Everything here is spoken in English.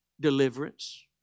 deliverance